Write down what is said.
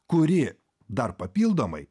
kuri dar papildomai